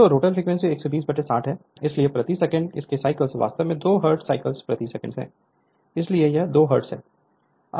तो rotor frequency 12060 है इसलिए प्रति सेकंड कितने साइकिल वास्तव में 2 हर्ट्ज साइकिल प्रति सेकंड है इसलिए यह 2 हर्ट्ज है